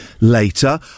later